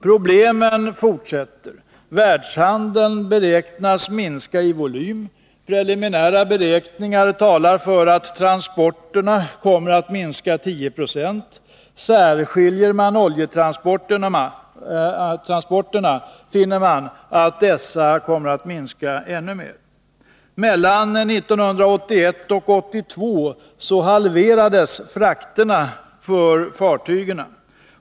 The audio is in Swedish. Problemen fortsätter. Världshandeln beräknas minska i volym. Preliminära beräkningar talar för att transporterna kommer att minska med 10 96, och särskiljer man oljetransporterna finner man att dessa kommer att minska ännu mer. Mellan 1981 och 1982 har frakterna halverats.